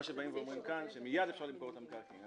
כאן אומרים שמיד אפשר למכור את המקרקעין.